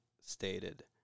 stated